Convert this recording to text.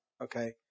okay